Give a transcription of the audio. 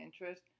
interest